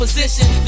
Position